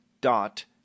dot